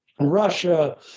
Russia